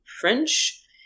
french